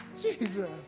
Jesus